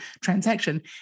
transaction